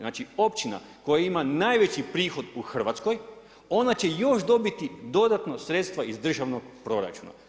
Znači, općina koja ima najveći prihod u Hrvatskoj, ona će još dobiti dodatno sredstva iz državnog proračuna.